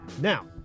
now